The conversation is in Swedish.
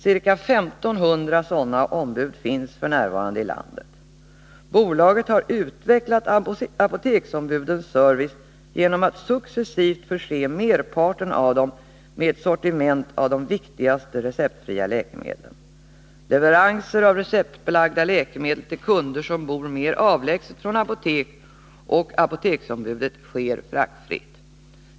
Ca 1 500 sådana ombud finns f. n. i landet. Bolaget har utvecklat apoteksombudens service genom att successivt förse merparten av dem med ett sortiment av de viktigaste receptfria läkemedlen. Leveranser av receptbelagda läkemedel till kunder som bor mer avlägset från apotek och apoteksombudet sker fraktfritt.